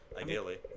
Ideally